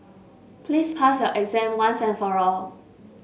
please pass your exam once and for all